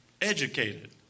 educated